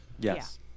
Yes